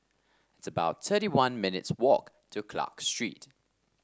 it's about thirty one minutes' walk to Clarke Street